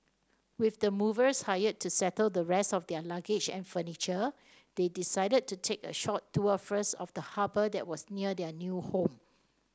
with the movers hired to settle the rest of their luggage and furniture they decided to take a short tour first of the harbour that was near their new home